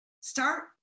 start